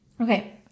okay